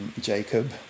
Jacob